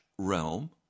realm